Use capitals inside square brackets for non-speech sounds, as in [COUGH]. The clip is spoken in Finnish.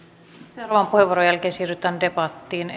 seuraavan puheenvuoron jälkeen siirrytään debattiin [UNINTELLIGIBLE]